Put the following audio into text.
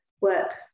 work